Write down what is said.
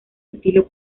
estilo